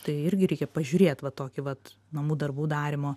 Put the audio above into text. tai irgi reikia pažiūrėt va tokį vat namų darbų darymo